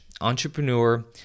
entrepreneur